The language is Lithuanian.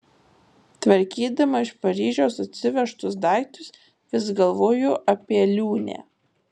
tvarkydama iš paryžiaus atsivežtus daiktus vis galvojo apie liūnę